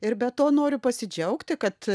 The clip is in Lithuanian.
ir be to noriu pasidžiaugti kad